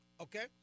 Okay